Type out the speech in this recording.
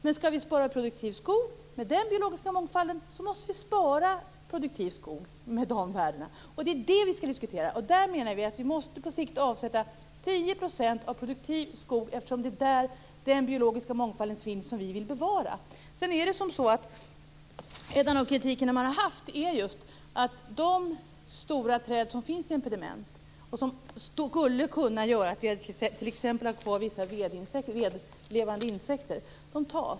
Om vi skall spara produktiv skog med den biologiska mångfalden måste vi spara produktiv skog med just de värdena. Det är detta som vi skall diskutera. Där menar vi att det är nödvändigt att på sikt avsätta 10 % av den produktiva skogen eftersom det är där som den biologiska mångfald finns som vi vill bevara. Den kritik som riktats gäller bl.a. att de stora träd tas som finns i impediment och som skulle kunna göra att vi t.ex. har kvar vissa vedlevande insekter.